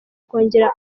kongera